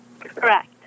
Correct